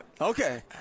Okay